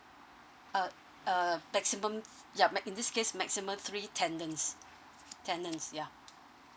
uh uh maximum yup ma~ in this case maximum three tenants tenants ya